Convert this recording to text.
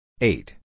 Eight